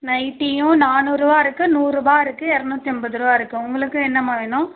நைட்டியும் நானூறுரூவா இருக்கு நூறுரூபா இருக்கு இரநூற்றி ஐம்பதுரூபா இருக்கு உங்களுக்கு என்னம்மா வேணும்